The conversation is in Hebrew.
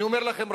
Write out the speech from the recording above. אני אומר לכם,